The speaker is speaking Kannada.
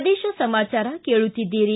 ಪ್ರದೇಶ ಸಮಾಚಾರ ಕೇಳುತ್ತೀದ್ದಿರಿ